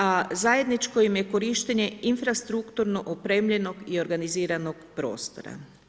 A zajedničko im je korištenje infrastrukturno opremljenog i organiziranog prostora.